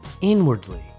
inwardly